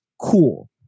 Cool